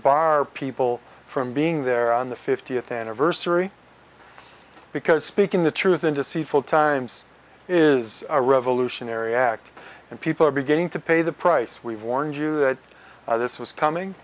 bar people from being there on the fiftieth anniversary because speaking the truth in deceitful times is a revolutionary act and people are beginning to pay the price we've warned you that this was coming